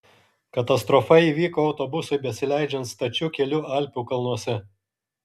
katastrofa įvyko autobusui besileidžiant stačiu keliu alpių kalnuose